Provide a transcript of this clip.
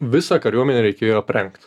visą kariuomenę reikėjo aprengt